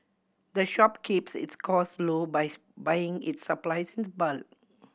the shop keeps its cost low buys buying its supplies in bulk